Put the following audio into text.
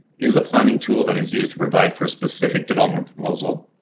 is a planning tool that is used to provide for a specific development proposal.